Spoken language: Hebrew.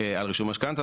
על רישום משכנתא.